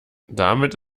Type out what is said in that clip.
damit